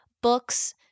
books